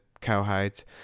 Cowhides